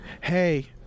Hey